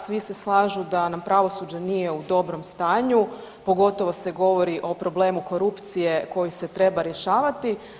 Svi se slažu da nam pravosuđe nije u dobrom stanju, pogotovo se govori o problemu korupcije koji se treba rješavati.